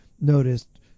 noticed